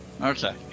Okay